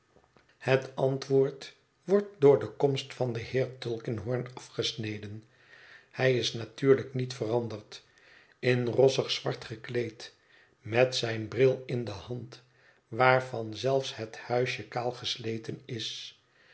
het antwoord wordt door de komst van den heer tulkinghorn afgesneden hij is natuurlijk niet veranderd in rossig zwart gekleed met zijn bril in de hand waarvan zelfs het huisje kaal gesleten is